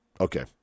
Okay